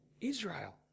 Israel